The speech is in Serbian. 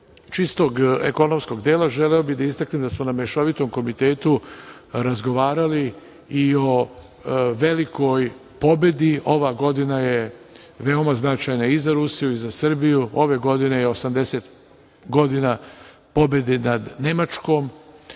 čistog ekonomskog dela hteo bih da istaknem da smo na mešovitom komitetu razgovarali i o velikoj pobedi. Ova godina je veoma značajna i za Rusiju i za Srbiju, ove godine je 80 godina pobede nad Nemačkom,